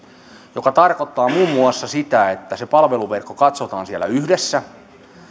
joka tarkoittaa muun muassa sitä että se palveluverkko katsotaan siellä yhdessä